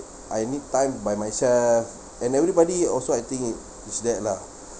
I need time by myself and everybody also I think it is that lah